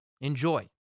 enjoy